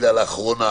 לאחרונה.